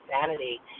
sanity